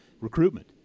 recruitment